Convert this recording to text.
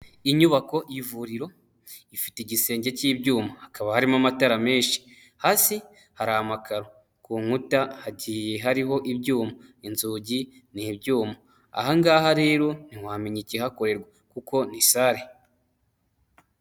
Inyubako y'ivuriro, ifite igisenge cy'ibyuma. Hakaba harimo amatara menshi. Hasi hari amakaro. Ku nkuta hagiye hariho ibyuma. inzugi ni ibyuma. Ahangaha rero ntiwamenya ikihakorerwa. Kuko ni sale.